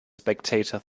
spectator